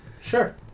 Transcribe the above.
sure